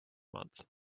month